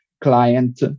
client